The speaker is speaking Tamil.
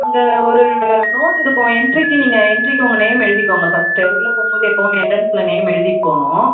அங்கே ஒரு நோட் இருக்கும் என்ட்ரிக்கு நீங்கள் என்ட்ரிக்கு உங்கள் நேம் எழுதிக்கோங்க ஃபஸ்ட்டு உள்ளே போகும்போது எப்பவுமே என்ட்ரன்ஸில் நேம் எழுதிவிட்டு போகணும்